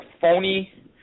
phony